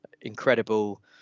incredible